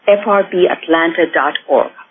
frbatlanta.org